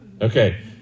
Okay